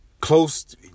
close